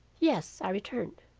yes, i returned.